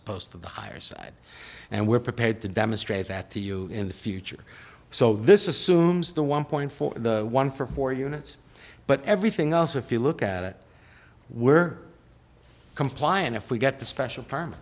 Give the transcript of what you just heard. opposed to the higher side and we're prepared to demonstrate that to you in the future so this is assumed the one point four one for four units but everything else if you look at it we're compliant if we get the special